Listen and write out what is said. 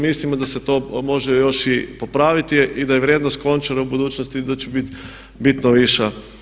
Mislimo da se to može još i popraviti i da je vrijednost Končara u budućnosti da će biti bitno viša.